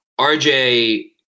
RJ